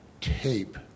tape